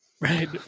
Right